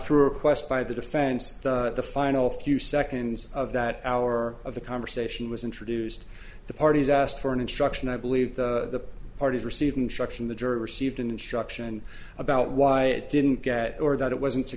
through a request by the defense at the final few seconds of that hour of the conversation was in reduced the parties asked for an instruction i believe the parties received instruction the jury received an instruction about why it didn't get or that it wasn't to